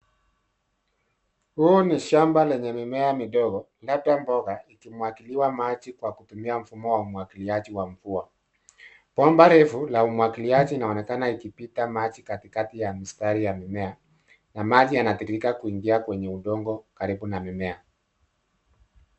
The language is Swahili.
Huu ni shamba lenye mimea midogo, labda mboga ikimwagiliwa maji kwa kutumia mfumo wa umwagiliaji wa mvua. Bomba refu la umwagiliaji inaonekana likipita maji katika ya mistari ya mimea, na maji yanatiririka kuingia kwenye udongo karibu na mimea.